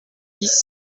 dix